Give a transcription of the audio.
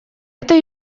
это